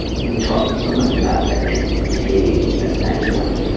we talk so much about the empty page and that challenge.